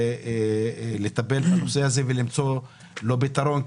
לטפל בנושא הזה ולמצוא לו פתרון.